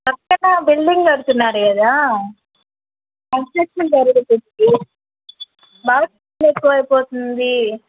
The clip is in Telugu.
కొత్తగా బిల్డింగ్ కడతున్నారు కదా కన్స్ట్రక్షన్ జరుగుతుంది బాగా సౌండ్ ఎక్కువైపోతుంది